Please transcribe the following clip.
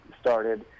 started